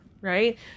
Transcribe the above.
right